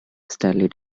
staley